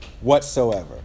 whatsoever